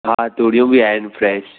हा तूरियूं बि आहिनि फ्रेश